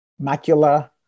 macula